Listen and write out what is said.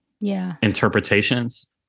interpretations